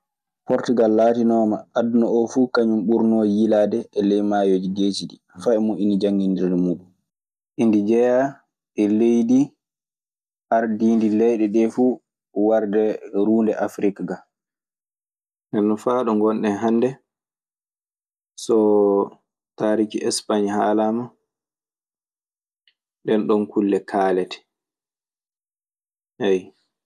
Portugal laatinooma aduna oo fu kañun ɓurnoo yiilaade e ley maayooji geeci ɗii faa ɓe moƴƴini jamginirɗe mudun. E ndi jeyaa e leydi ardiindi leyɗe ɗee fuu warde ruunde Afrik gaa. Ndennon faa ɗo ngonɗen hannde, so taariki Españ haalaama, ɗenɗon kulle kaalete. Ayyo.